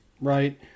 right